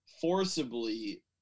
forcibly